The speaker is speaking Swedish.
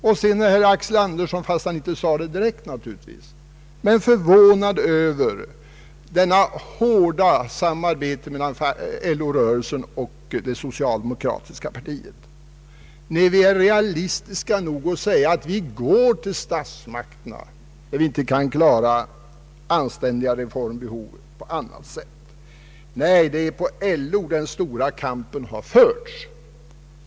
Och sedan är herr Axel Andersson — fastän han naturligtvis inte sade det direkt — förvånad över det nära samarbetet mellan LO-rörelsen och det socialdemokratiska partiet. Vi är realistiska nog att säga att vi går till statsmakterna när vi inte kan klara det anständiga reformbehovet på annat sätt. Nej, det är i LO den stora kampen förts.